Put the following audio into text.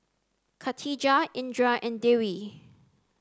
Khatijah Indra and Dewi